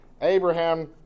Abraham